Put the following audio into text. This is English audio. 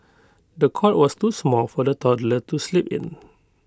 the cot was too small for the toddler to sleep in